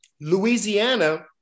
Louisiana